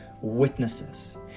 Witnesses